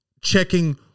checking